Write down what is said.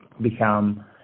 become